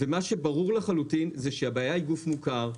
מה שברור לחלוטין זה שהבעיה היא גוף מוכר.